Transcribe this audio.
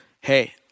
hey